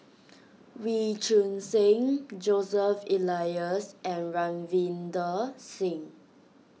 Wee Choon Seng Joseph Elias and Ravinder Singh